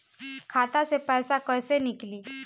खाता से पैसा कैसे नीकली?